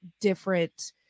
different